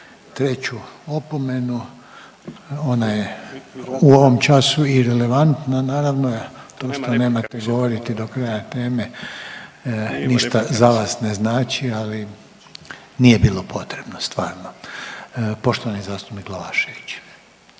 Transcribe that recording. treću opomenu. Ona je u ovom času irelevantna naravno, to što ne nemate govoriti do kraja godine .../Upadica se ne čuje./... ništa za vas ne znači, ali nije bilo potrebno, stvarno. Poštovani zastupnik Glavašević